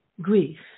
grief